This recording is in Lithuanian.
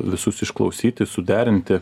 visus išklausyti suderinti